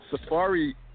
Safari